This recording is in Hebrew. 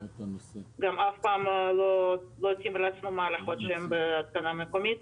גם אף פעם לא תמרצנו מערכות שהם בהתקנה מקומית,